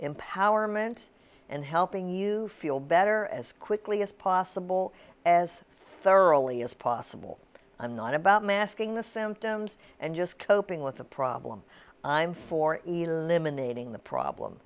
empowerment and helping you feel better as quickly as possible as thoroughly as possible i'm not about masking the symptoms and just coping with a problem i'm for either limon aiding the problem